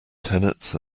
tenets